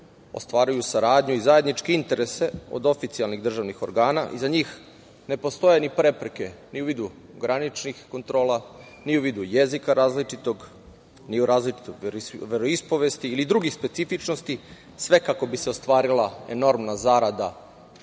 ostvaruju saradnju i zajedničke interese od oficijalnih državnih organa i za njih ne postoje ni prepreke, ni u vidu graničnih kontrola, ni u vidu jezika različitog, ni u različitoj veroispovesti ili drugih specifičnosti, sve kako bi se ostvarila enormna zarada